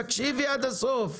תקשיבי עד הסוף,